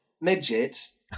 midgets